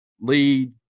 lead